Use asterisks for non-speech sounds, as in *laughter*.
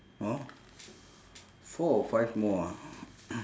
oh four or five more ah *coughs*